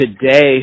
today